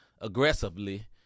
aggressively